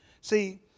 See